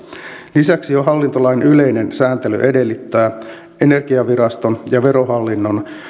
lisäksi jo hallintolain yleinen sääntely edellyttää energiaviraston ja verohallinnon